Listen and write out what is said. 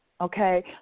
okay